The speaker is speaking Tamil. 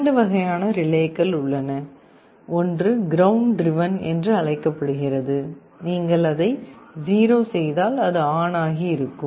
இரண்டு வகையான ரிலேக்கள் உள்ளன ஒன்று கிரவுண்ட் ட்ரிவன் என்று அழைக்கப்படுகிறது நீங்கள் அதை 0 செய்தால் அது ஆன் ஆகி இருக்கும்